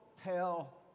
tell